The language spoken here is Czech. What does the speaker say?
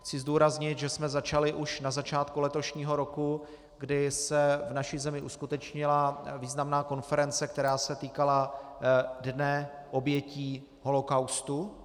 Chci zdůraznit, že jsme začali už na začátku letošního roku, kdy se v naší zemi uskutečnila významná konference, která se týkala Dne obětí holokaustu.